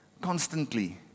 constantly